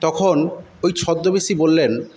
তখন ঐ ছদ্মবেশী বললেন